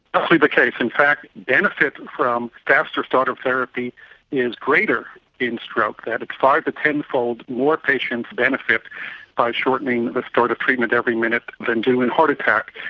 definitely the case. in fact benefit from faster start of therapy is greater in stroke. it's five to ten fold more patients benefit by shortening the start of treatment every minute than do in heart attacks.